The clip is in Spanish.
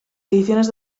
ediciones